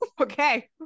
Okay